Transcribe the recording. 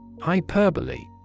Hyperbole